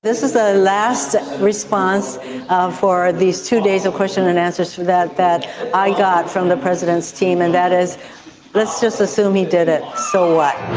this is the last response ah for these two days of question and answers for that that i got from the president's team, and that is let's just assume he did it. so what?